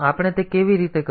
તો આપણે તે કેવી રીતે કરવું